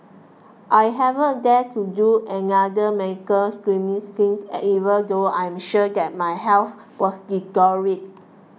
I haven't dared to do another screening since even though I am sure that my health has